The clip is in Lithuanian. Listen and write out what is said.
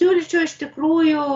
siūlyčiau iš tikrųjų